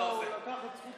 מה שאתה עושה.